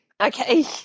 Okay